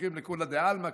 פתוחים לכולי עלמא,